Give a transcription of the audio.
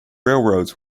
railroads